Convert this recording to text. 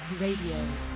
Radio